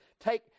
Take